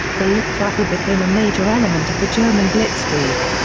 the luftwaffe became a major element of the german blitzkrieg.